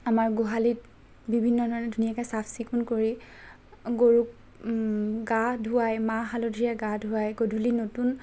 আমাৰ গোহালিত বিভিন্ন ধৰণে ধুনীয়াকৈ চাফ চিকুণ কৰি গৰুক গা ধুৱাই মাহ হালধিৰে গা ধুৱাই গধূলি নতুন